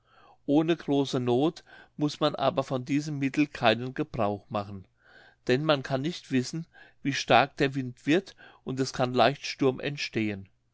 ohne große noth muß man aber von diesem mittel keinen gebrauch machen denn man kann nicht wissen wie stark der wind wird und es kann leicht sturm entstehen